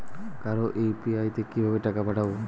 কারো ইউ.পি.আই তে কিভাবে টাকা পাঠাবো?